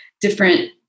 different